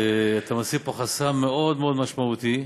אתה מסיר פה חסם מאוד מאוד משמעותי.